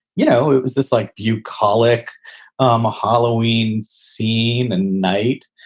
you know, it was this like bucolic um halloween scene and night,